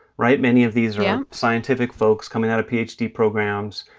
right? many of these yeah scientific folks coming out of ph d programs.